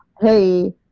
hey